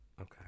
Okay